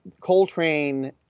Coltrane